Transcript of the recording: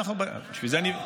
בשביל זה אני,